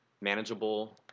manageable